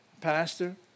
pastor